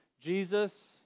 Jesus